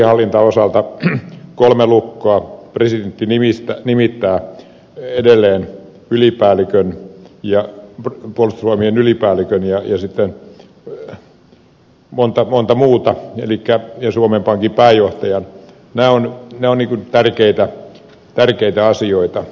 kriisinhallinnan osalta kolme lukkoa presidentti nimittää edelleen puolustusvoimien ylipäällikön ja sitten monta muuta ja suomen pankin pääjohtajan nämä ovat tärkeitä asioita